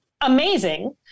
amazing